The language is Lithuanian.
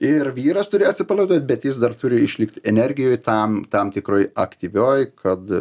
ir vyras turi atsipalaiduot bet jis dar turi išlikt energijoj tam tam tikroj aktyvioj kad